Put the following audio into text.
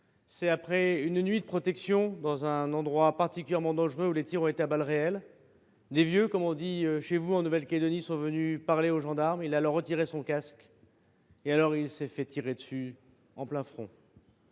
: après une nuit de protection dans un endroit particulièrement dangereux, où les tirs ont été effectués à balles réelles, des « vieux », comme l’on dit chez vous en Nouvelle Calédonie, sont venus parler aux gendarmes, il a alors retiré son casque, s’est fait tirer dessus et a reçu